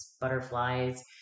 butterflies